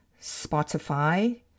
Spotify